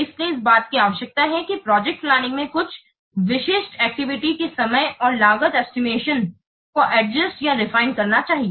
इसलिए इस बात की आवश्यकता है कि प्रोजेक्ट प्लानिंग को कुछ विशिष्ट एक्टिविटी के समय और लागत एस्टिमेशन को एडजस्ट या रिफियन करना चाहिए